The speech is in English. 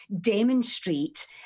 demonstrate